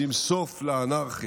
שים סוף לאנרכיה.